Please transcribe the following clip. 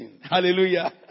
Hallelujah